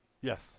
yes